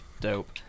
Dope